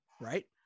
Right